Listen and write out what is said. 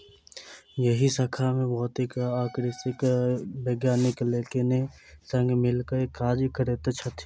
एहि शाखा मे भौतिकी आ कृषिक वैज्ञानिक लोकनि संग मिल क काज करैत छथि